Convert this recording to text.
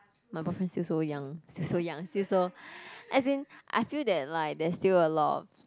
my boyfriend still so young still so young still so as in I feel that like there's still a lot of